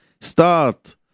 start